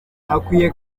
akwiye